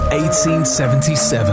1877